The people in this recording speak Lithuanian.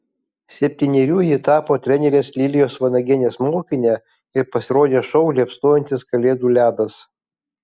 septynerių ji tapo trenerės lilijos vanagienės mokine ir pasirodė šou liepsnojantis kalėdų ledas